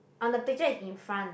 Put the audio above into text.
on the picture is in front